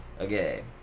Okay